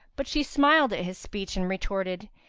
but she smiled at his speech and retorted,